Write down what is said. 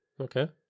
Okay